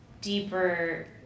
deeper